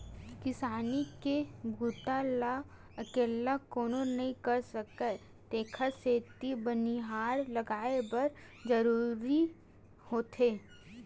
किसानी के बूता ल अकेल्ला कोनो नइ कर सकय तेखर सेती बनिहार लगये बर जरूरीच होथे